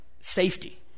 safety